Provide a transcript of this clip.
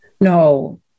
No